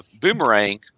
Boomerang